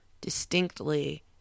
distinctly